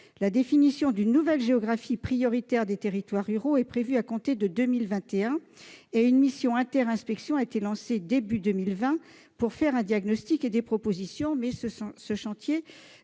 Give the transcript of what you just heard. La définition d'une nouvelle géographie prioritaire des territoires ruraux est prévue à compter de 2021. Une mission inter-inspections a été lancée au début de 2020 pour faire un diagnostic et des propositions, mais ce chantier